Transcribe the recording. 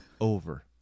over